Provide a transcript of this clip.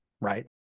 right